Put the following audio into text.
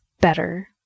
better